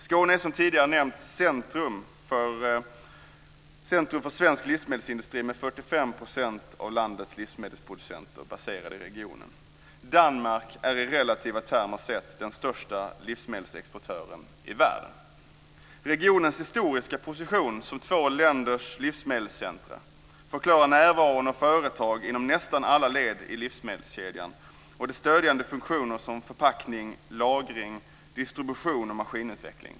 Skåne är, som tidigare nämnts, centrum för svensk livsmedelsindustri. 45 % av landets livsmedelsproducenter är baserade i regionen. Danmark är i relativa termer den största livsmedelsexportören i världen. Regionens historiska position som livsmedelscentrum för två länder förklarar närvaron av företag inom nästan alla led i livsmedelskedjan och dess stödjande funktioner vad gäller förpackning, lagring, distribution och maskinutveckling.